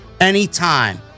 anytime